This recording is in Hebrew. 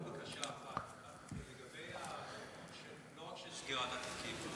רק בקשה אחת לגבי הנתון, לא רק של סגירת התיקים,